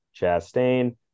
Chastain